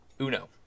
uno